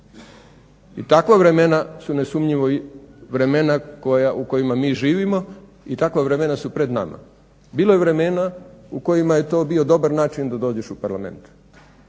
I takva vremena su nesumnjivo vremena u kojima mi živimo i takva vremena su pred nama. Bilo je vremena u kojima je to bio dobar način da dođeš u Parlament